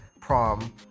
prom